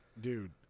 dude